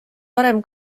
varem